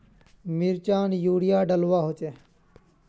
मिर्चान यूरिया डलुआ होचे?